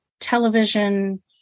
television